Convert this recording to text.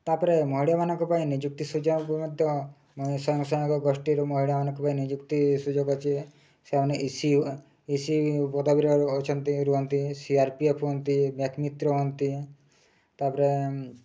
ତା'ପରେ ମହିଳାମାନଙ୍କ ପାଇଁ ନିଯୁକ୍ତି ସୁଯୋଗ ମଧ୍ୟ ସ୍ୱୟଂସହାୟକ ଗୋଷ୍ଠୀରୁ ମହିଳାମାନଙ୍କ ପାଇଁ ନିଯୁକ୍ତି ସୁଯୋଗ ଅଛି ସେମାନେ ଏ ସି ଇ ସି ପଦାବୀର ଅଛନ୍ତି ରୁହନ୍ତି ସି ଆର୍ ପି ଏଫ୍ ହୁଅନ୍ତି ବ୍ୟାଙ୍କ୍ ମିତ୍ର ହୁଅନ୍ତି ତା'ପରେ